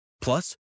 Plus